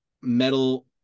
metal